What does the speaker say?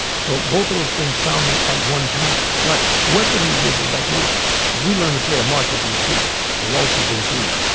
so both of those things sounding at one time. right. western musicians like we we learn to play a much as in two ah waltzes in three.